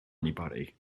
anybody